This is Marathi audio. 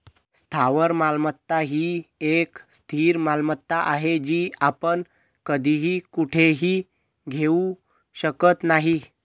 स्थावर मालमत्ता ही एक स्थिर मालमत्ता आहे, जी आपण कधीही कुठेही घेऊ शकत नाही